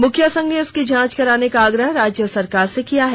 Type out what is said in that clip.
मुखिया संघ ने इसकी जांच कराने का आग्रह राज्य सरकार से किया है